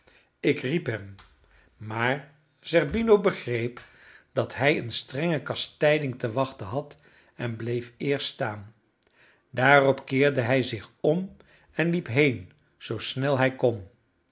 ik riep hem maar zerbino begreep dat hij een strenge kastijding te wachten had en bleef eerst staan daarop keerde hij zich om en liep heen zoo snel hij kon